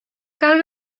cal